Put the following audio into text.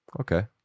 Okay